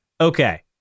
Okay